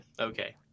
okay